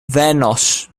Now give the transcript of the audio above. venos